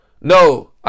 No